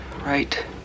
right